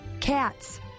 Cats